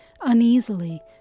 uneasily